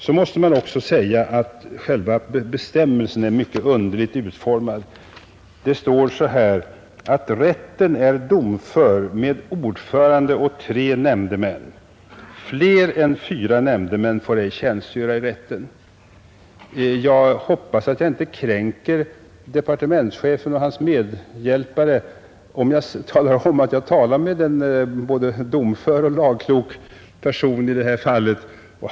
Man måste också säga att själva bestämmelsen är mycket underligt utformad. Det står: ”Rätten är domför med ordförande och tre nämndemän. Fler än fyra nämndemän får ej tjänstgöra i rätten.” Jag hoppas att jag inte kränker departementschefen och hans medhjälpare om jag nämner att jag har talat med en både domför och lagklok person i det här fallet.